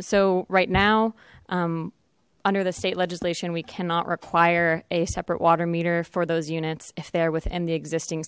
so right now under the state legislation we cannot require a separate water meter for those units if they're within the existing